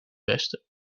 westen